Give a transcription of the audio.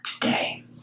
today